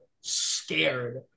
scared